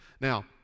Now